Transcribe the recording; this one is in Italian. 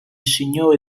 signori